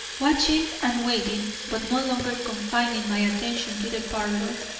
watching and waiting, but no longer confining my attention to the parlour,